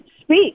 speak